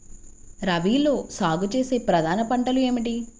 రబీలో సాగు చేసే ప్రధాన పంటలు ఏమిటి?